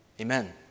Amen